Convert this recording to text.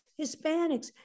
Hispanics